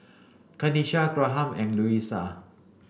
Kenisha Graham and Luisa